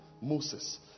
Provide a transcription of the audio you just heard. Moses